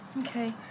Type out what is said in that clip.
Okay